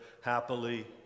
happily